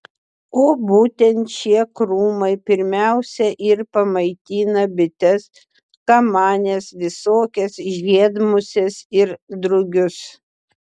o būtent šie krūmai pirmiausia ir pamaitina bites kamanes visokias žiedmuses ir drugius